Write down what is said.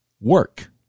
work